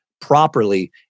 properly